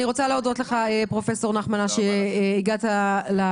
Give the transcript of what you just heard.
אני רוצה להודות לך פרופ' נחמן אש שהגעת לדיון